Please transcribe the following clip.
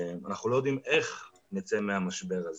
אנחנו לא יודעים איך נצא מהמשבר הזה.